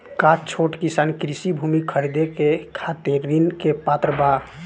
का छोट किसान कृषि भूमि खरीदे के खातिर ऋण के पात्र बा?